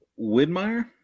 Widmeyer